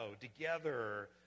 together